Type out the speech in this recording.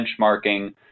benchmarking